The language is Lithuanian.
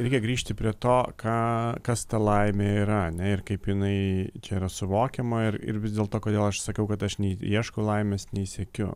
reikia grįžti prie to ką kas ta laimė yra ane ir kaip jinai čia yra suvokiama ir ir vis dėlto kodėl aš sakiau kad aš nei ieškau laimės nei siekiu